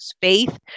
faith